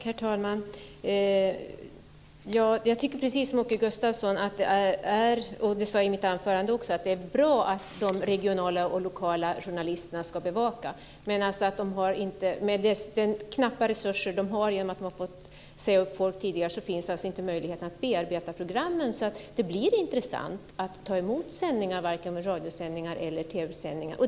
Herr talman! Som jag sade i mitt anförande tycker jag precis som Åke Gustavsson att det är bra att de regionala och lokala journalisterna ska bevaka saker och ting. Men med de knappa resurser de har i och med att man har fått säga upp folk tidigare finns det inte möjlighet att bearbeta programmen så att det blir intressant att ta emot dessa radio eller TV sändningar.